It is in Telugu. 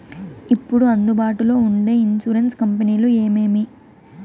ఇప్పుడు అందుబాటులో ఉండే ఇన్సూరెన్సు కంపెనీలు ఏమేమి?